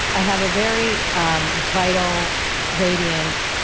i have a very um vital radiant,